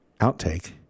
outtake